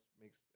makes